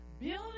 Building